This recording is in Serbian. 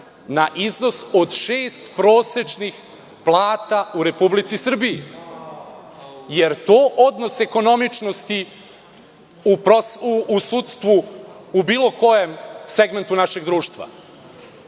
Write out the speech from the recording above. na iznos od šest prosečnih plata u Republici Srbiji. Da li je to odnos ekonomičnosti u sudstvu u bilo kojem segmentu našeg društva?